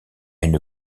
une